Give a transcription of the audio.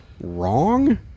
wrong